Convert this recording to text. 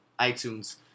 iTunes